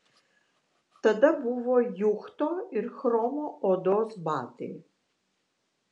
tada buvo juchto ir chromo odos batai